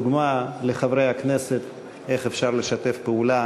דוגמה לחברי הכנסת איך אפשר לשתף פעולה